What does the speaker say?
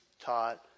taught